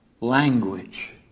language